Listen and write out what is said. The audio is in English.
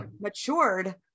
matured